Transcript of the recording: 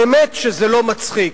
באמת שזה לא מצחיק.